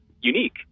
unique